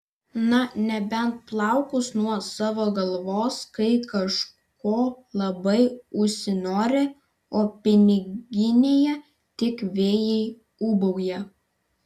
na nebent plaukus nuo savo galvos kai kažko labai užsinori o piniginėje tik vėjai ūbauja